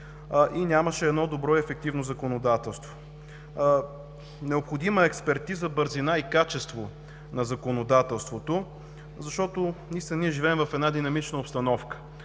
и нямаше едно добро ефективно законодателство. Необходима е експертиза, бързина и качество на законодателството. Защото, наистина ние живеем в една динамична обстановка.